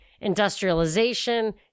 industrialization